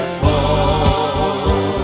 fall